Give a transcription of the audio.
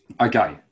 Okay